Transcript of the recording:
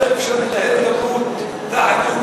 איך אפשר לנהל הידברות תחת החוק?